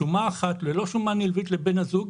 שומה אחת ללא שומה נלווית לבן הזוג,